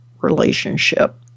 relationship